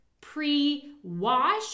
pre-wash